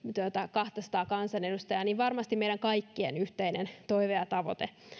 kahtasataa kansanedustajaa meidän kaikkien yhteinen toive ja tavoite